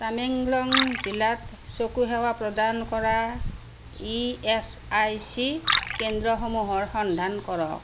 টামেংলং জিলাত চকু সেৱা প্ৰদান কৰা ই এছ আই চি কেন্দ্ৰসমূহৰ সন্ধান কৰক